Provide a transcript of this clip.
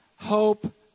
hope